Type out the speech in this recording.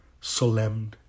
Solemn